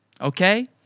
okay